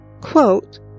Quote